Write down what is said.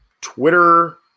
Twitter